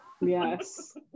Yes